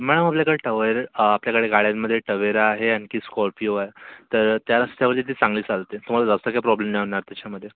madam आपल्याकडे Tavera आपल्याकडे गाड्यांमध्ये टवेरा आहे आणखी स्कॉर्पिओ आहे तर त्या रस्त्यावरती ती चांगली चालते तुम्हाला जास्त काही प्रॉब्लेम नाही होणार त्याच्यामध्ये